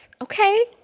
okay